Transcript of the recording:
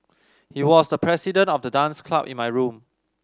he was the president of the dance club in my room